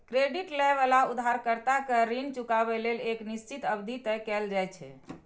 credit लए बला उधारकर्ता कें ऋण चुकाबै लेल एक निश्चित अवधि तय कैल जाइ छै